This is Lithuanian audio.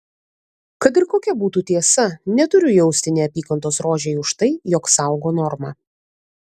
kad ir kokia būtų tiesa neturiu jausti neapykantos rožei už tai jog saugo normą